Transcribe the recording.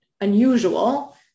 unusual